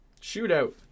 Shootout